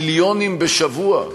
מיליונים בשבוע,